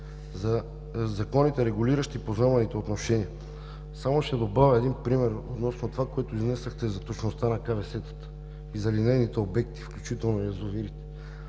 със законите, регулиращи поземлените отношения. Само ще добавя един пример относно това, което изнесохте за точността на КВС-тата, заради нейните обекти, включително и язовирите.